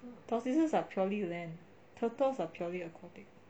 tortoises are purely land turtles are purely aquatic